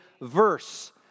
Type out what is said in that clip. verse